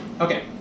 Okay